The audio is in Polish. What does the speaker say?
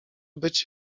być